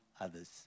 others